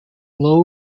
low